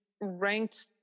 ranked